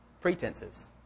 pretenses